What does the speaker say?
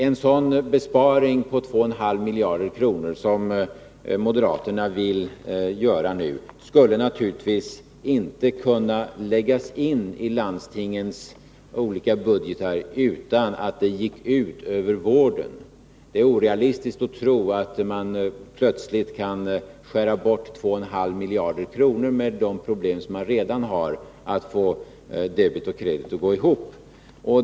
En sådan besparing på 2,5 miljarder kronor som moderaterna vill göra nu skulle naturligtvis inte kunna läggasin i landstingens olika budgetar utan att det gick ut över vården. Det är orealistiskt att tro att man plötsligt kan skära bort 2,5 miljarder kronor, med de problem som redan finns att få debet och kredit att gå ihop.